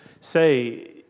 say